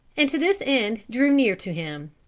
and to this end drew near to him.